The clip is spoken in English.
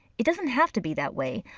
it doesn't have to be that way.